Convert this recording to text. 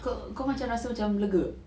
kau kau macam rasa macam lega